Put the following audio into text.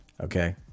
Okay